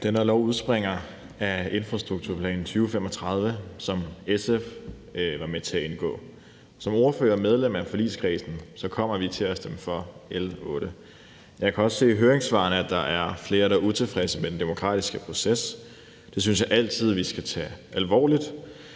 lovforslag udspringer af Infrastrukturplan 2035, som SF var med til at lave. Som ordfører og medlem af forligskredsen kan jeg sige, at vi kommer til at stemme for L 8. Jeg kan også se af høringssvarene, at der er flere, der er utilfredse med den demokratiske proces. Det synes jeg altid vi skal tage alvorligt,